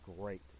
great